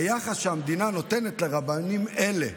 היחס שהמדינה נותנת לרבנים אלה,